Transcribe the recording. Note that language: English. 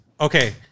okay